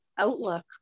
outlook